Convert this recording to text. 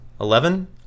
Eleven